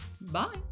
Bye